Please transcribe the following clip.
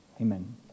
Amen